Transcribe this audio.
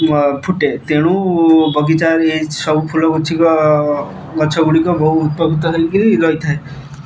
ଫୁଟେ ତେଣୁ ବଗିଚାରେ ଏ ସବୁ ଫୁଲଗୋଛିକ ଗଛ ଗୁଡ଼ିକ ବହୁ ଉପକୃତ ହେଇକିରି ରହିଥାଏ